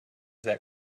that